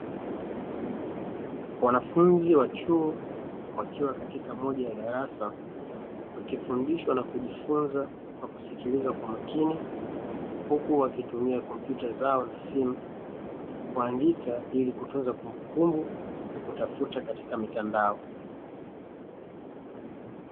Wanafunzi wa chuo, wakiwa katika moja ya darasa, wakifundishwa na kujifunza kwa kusikiliza kwa makini, huku wakitumia kompyuta zao na simu kuandika ili kutunza kumbukumbu, na kutafuta katika mitandao